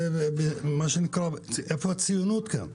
במה שנקרא איפה הציונות גם?